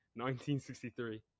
1963